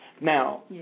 Now